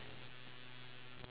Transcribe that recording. what